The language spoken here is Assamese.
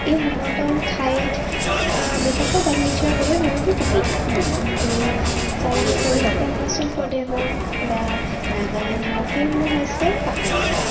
এই সমতল ঠাইত ব্যৱসায় বাণিজ্যৰ বাবে বহুতো সুবিধা হয় কিন্তু চাবলৈ গ'লে অৰুণাচল প্ৰদেশ হওক বা নাগালেণ্ড হওক সেইসমূহ হৈছে পাহাৰীয়া ঠাই